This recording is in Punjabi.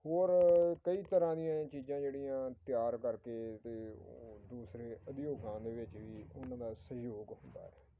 ਹੋਰ ਕਈ ਤਰ੍ਹਾਂ ਦੀਆਂ ਇਹ ਚੀਜ਼ਾਂ ਜਿਹੜੀਆਂ ਤਿਆਰ ਕਰਕੇ ਅਤੇ ਉਹ ਦੂਸਰੇ ਉਦਯੋਗਾਂ ਦੇ ਵਿੱਚ ਵੀ ਉਹਨਾਂ ਦਾ ਸਹਿਯੋਗ ਹੁੰਦਾ ਹੈ